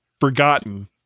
forgotten